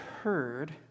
heard